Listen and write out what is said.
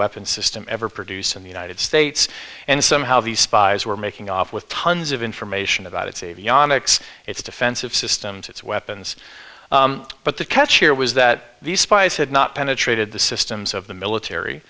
weapon system ever produced in the united states and somehow these spies were making off with tons of information about its avionics its defensive systems its weapons but the catch here was that these spies had not penetrated the systems of the military